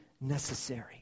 necessary